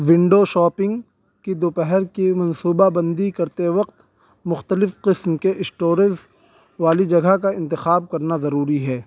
window shopping کی دوپہر کی منصوبہ بندی کرتے وقت مختلف قسم کے اسٹوریز والی جگہ کا انتخاب کرنا ضروری ہے